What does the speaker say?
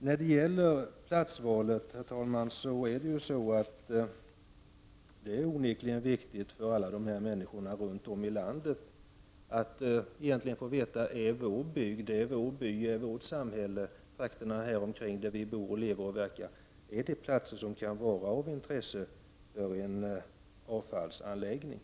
När det gäller platsvalet, herr talman, är det onekligen viktigt för människorna runt om i landet. Man vill veta: är vår bygd, vår by, vårt samhälle, trakterna här omkring där vi bor, lever och verkar platser av intresse för en avfallsanläggning?